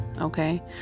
Okay